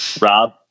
Rob